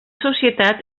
societat